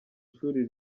shuri